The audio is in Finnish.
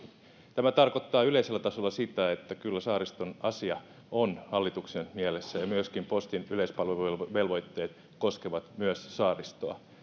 tämä tarkoittaa yleisellä tasolla sitä että kyllä saariston asia on hallituksen mielessä ja postin yleispalveluvelvoitteet koskevat myös saaristoa